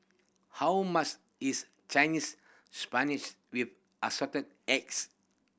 how much is Chinese Spinach with Assorted Eggs